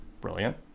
brilliant